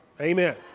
Amen